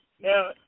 now